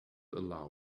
allow